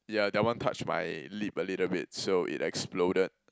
yeah that one touch my lip a little bit so it exploded